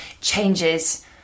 changes